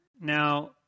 Now